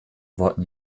worten